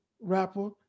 rapper